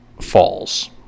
falls